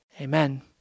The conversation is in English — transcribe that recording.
Amen